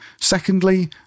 secondly